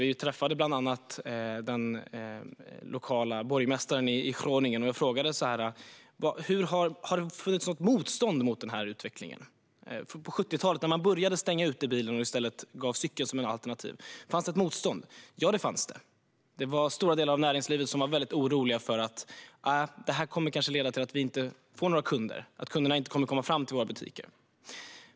Vi träffade bland annat Groningens borgmästare, och jag frågade om det fanns ett motstånd mot den här utvecklingen på 70-talet, när man började stänga ute bilen och i stället gav cykeln som ett alternativ. Ja, det fanns det, fick jag veta. Stora delar av näringslivet var väldigt oroliga för att det här kanske skulle leda till att de inte fick några kunder därför att kunderna inte kom fram till deras butiker.